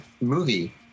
movie